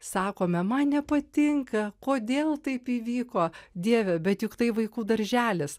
sakome man nepatinka kodėl taip įvyko dieve bet juk tai vaikų darželis